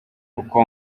kuko